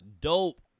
Dope